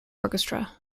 orchestra